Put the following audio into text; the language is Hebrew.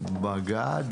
מג"ד,